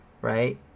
right